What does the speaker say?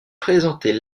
présenter